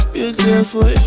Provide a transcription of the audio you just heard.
Beautiful